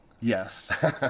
yes